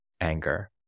anger